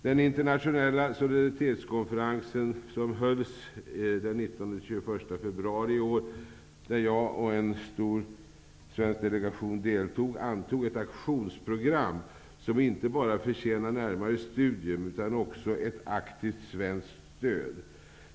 Den internationella solidaritetskonferensen, som hölls den 19-21 februari i år, där jag och en stor svensk delegation deltog, antog ett aktionsprogram som inte bara förtjänar närmare studium utan också ett aktivt svenskt stöd.